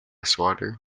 swatter